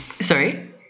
Sorry